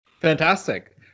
Fantastic